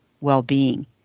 well-being